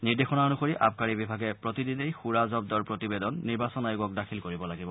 নিৰ্দেশনা অনুসৰি আবকাৰী বিভাগে প্ৰতিদিনেই সুৰা জন্দৰ প্ৰতিবেদন নিৰ্বাচন আয়োগক দাখিল কৰিব লাগিব